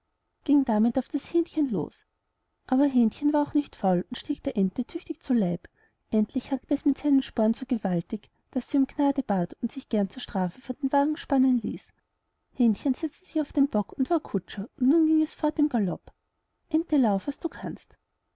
ging damit auf das hähnchen los aber hähnchen war auch nicht faul und stieg der ente tüchtig zu leib endlich hackte es mit seinen sporn so gewaltig daß sie um gnade bat und sich gern zur strafe vor den wagen spannen ließ hähnchen setzte sich auf den bock und war kutscher und nun ging es fort im gallop ente lauf zu was du kannst